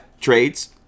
trades